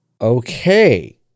Okay